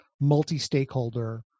multi-stakeholder